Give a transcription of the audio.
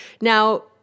Now